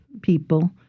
people